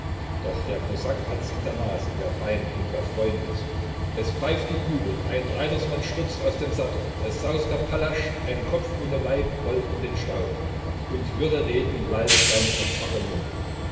doch der kosak hat's in der nase wer feind und wer freund ist es pfeift die kugel ein reitersmann stürzt aus dem sattel es saust der pallasch ein kopf ohne leib rollt in den staub und wirre reden lallt sein verzerrter mund